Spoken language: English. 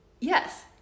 Yes